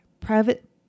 private